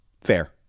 Fair